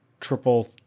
triple